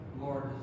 Lord